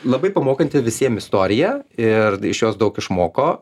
labai pamokanti visiem istorija ir iš jos daug išmoko